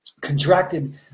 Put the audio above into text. contracted